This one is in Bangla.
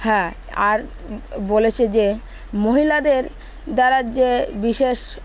হ্যাঁ আর বলেছে যে মহিলাদের দ্বারা যে বিশেষ